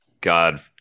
God